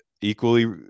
Equally